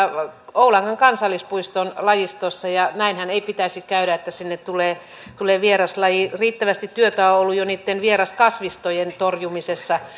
oulangan kansallispuiston lajistossa ja näinhän ei pitäisi käydä että sinne tulee tulee vieraslaji riittävästi työtä on ollut jo niitten vieraskasvistojen torjumisessa